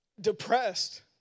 depressed